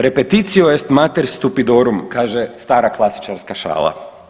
Repetitio est mater stupidorum, kaže stara klasičarska šala.